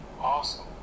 Awesome